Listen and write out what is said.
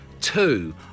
Two